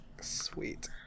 Sweet